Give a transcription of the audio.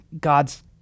God's